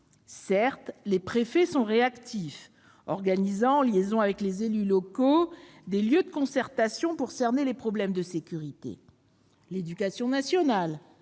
Certes, les préfets sont réactifs, organisant, en liaison avec les élus locaux, des lieux de concertation pour cerner les problèmes de sécurité. Certes, l'éducation nationale,